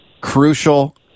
crucial